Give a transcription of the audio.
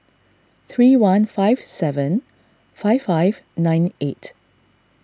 three one five seven five five nine eight